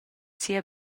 sia